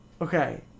Okay